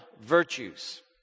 virtues